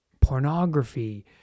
Pornography